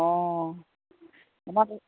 অঁ আমাৰ